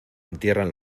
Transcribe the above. entierran